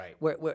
Right